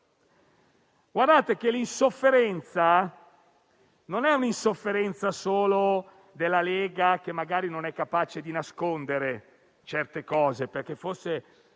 Guardate che l'insofferenza non è solo della Lega, che magari non è capace di nascondere certe cose, perché, forse